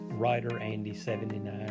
writerandy79